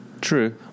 True